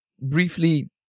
briefly